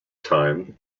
time